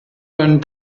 one